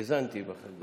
האזנתי בחדר.